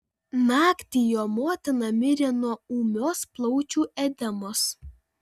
naktį jo motina mirė nuo ūmios plaučių edemos